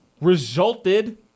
resulted